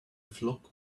flock